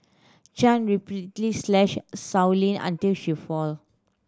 Chan repeatedly slashed Sow Lin until she fall